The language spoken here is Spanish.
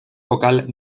vocal